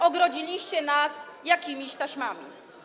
Ogrodziliście nas jakimiś taśmami.